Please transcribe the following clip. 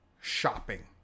shopping